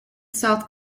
south